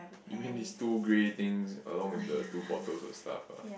you mean this two grey things along with the two bottles of stuff ah